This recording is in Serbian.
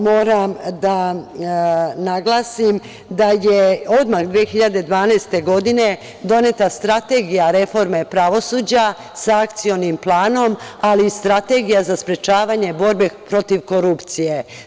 Moram da naglasim da je odmah 2012. godine doneta Strategija reforme pravosuđa sa akcionim planom ali i Strategija za sprečavanje borbe protiv korupcije.